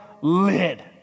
lid